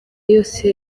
yose